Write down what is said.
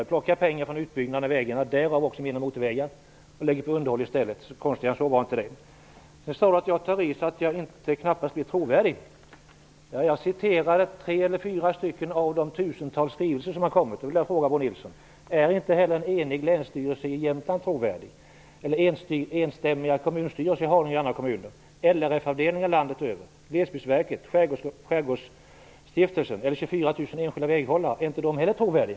Vi plockar pengar från utbyggnader av vägarna, också av motorvägar, och har i stället lagt dem på underhåll. Konstigare är det inte. Det sades att jag tar i så att jag knappast är trovärdig. Jag har citerat tre eller fyra av de tusentals skrivelser som har kommit in. Jag vill fråga Bo Nilsson: Är en enig länsstyrelse i Jämtland och enstämmiga kommunstyrelser i Haninge och i andra kommuner, LRF-avdelningar landet över, Glesbygdsverket, Skärgårdsstiftelsen eller 24 000 enskilda väghållare inte heller trovärdiga?